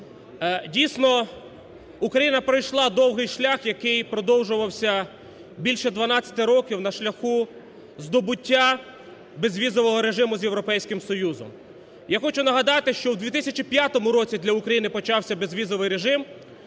дійсно, Україна пройшла довгий шлях, який продовжувався більше 12 років на шляху здобуття безвізового режиму з Європейським Союзом. Я хочу нагадати, що у 2005 році для України почався безвізовий режим,